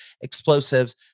explosives